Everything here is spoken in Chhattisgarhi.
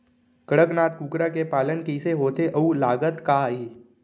कड़कनाथ कुकरा के पालन कइसे होथे अऊ लागत का आही?